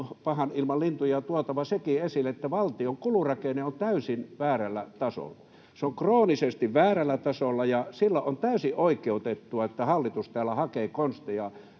pahan ilman lintu ja tuotava esille sekin, että valtion kulurakenne on täysin väärällä tasolla. Se on kroonisesti väärällä tasolla, ja silloin on täysin oikeutettua, että hallitus täällä hakee konsteja,